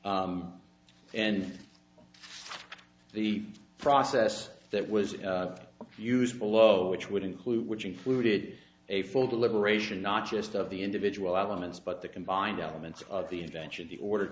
and the process that was used below which would include which included a full liberation not just of the individual elements but the combined elements of the invention the order